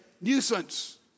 nuisance